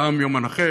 פעם יום הנכה,